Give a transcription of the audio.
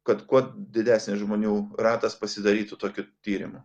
kad kuo didesnis žmonių ratas pasidarytų tokį tyrimą